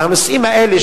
על הנושאים האלה,